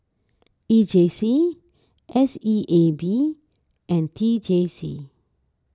E J C S E A B and T J C